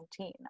2019